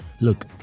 Look